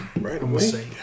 Right